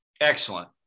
excellent